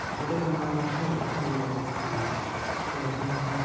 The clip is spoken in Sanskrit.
आदरभावः वर्धनीयमस्ति पुनः